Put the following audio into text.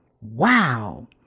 wow